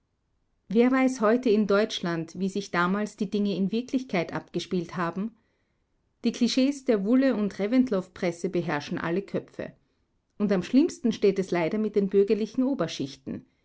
wer weiß heute in deutschland wie sich damals die dinge in wirklichkeit abgespielt haben die klischees der wulle und reventlow-presse beherrschen alle köpfe und am schlimmsten steht es leider mit den bürgerlichen oberschichten